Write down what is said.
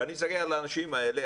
ואני מסתכל על האנשים האלה,